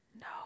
No